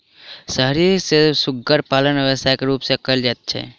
शहर मे सुग्गर पालन व्यवसायक रूप मे कयल जाइत छै